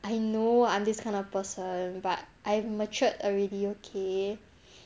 I know I'm this kind of person but I'm matured already okay